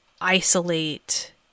isolate